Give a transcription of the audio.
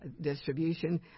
distribution